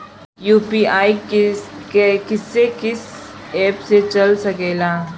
UPI किस्से कीस app से चल सकेला?